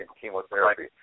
chemotherapy